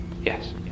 Yes